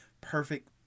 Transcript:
perfect